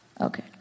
Okay